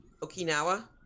Okinawa